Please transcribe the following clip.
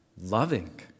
loving